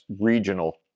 regional